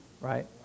right